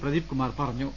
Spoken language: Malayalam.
പ്രദീപ് കുമാർ പുറഞ്ഞു